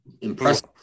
Impressive